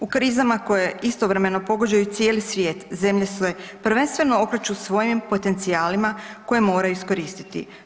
U krizama koje istovremeno pogađaju cijeli svijet, zemlje se prvenstveno okreću svojim potencijalima, koje moraju iskoristiti.